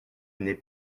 n’est